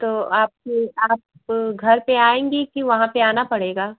तो आपके आप घर पर आएंगी कि वहाँ पर आना पड़ेगा